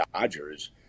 Dodgers